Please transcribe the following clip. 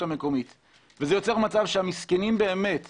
ולעניין זה יובאו